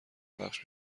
پخش